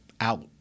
out